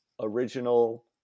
original